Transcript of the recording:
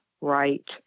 right